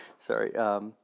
Sorry